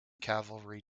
cavalry